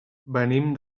venim